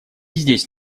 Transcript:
здесь